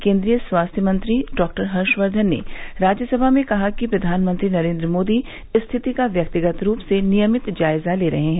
केन्द्रीय स्वास्थ्य मंत्री डॉक्टर हर्षवर्धन ने राज्यसभा में कहा कि प्रधानमंत्री नरेन्द्र मोदी स्थिति व्यक्तिगत रूप से नियमित जायजा ले रहे हैं